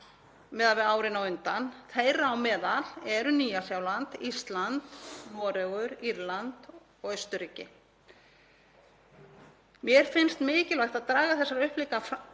miðað við árin á undan. Þeirra á meðal eru Nýja-Sjáland, Ísland, Noregur, Írland og Austurríki. Mér finnst mikilvægt að draga þessar upplýsingar fram